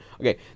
Okay